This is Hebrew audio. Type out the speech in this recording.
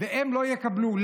הן לא יקבלו.